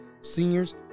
seniors